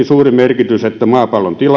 suuri merkitys kun maapallon tila